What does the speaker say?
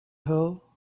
hill